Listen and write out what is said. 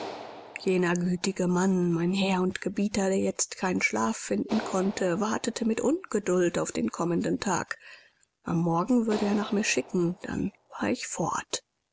jener gütige mann mein herr und gebieter der jetzt keinen schlaf finden konnte wartete mit ungeduld auf den kommenden tag am morgen würde er nach mir schicken dann war ich fort